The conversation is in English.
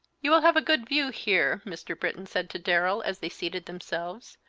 you will have a good view here, mr. britton said to darrell, as they seated themselves,